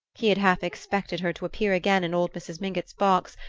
he had half-expected her to appear again in old mrs. mingott's box,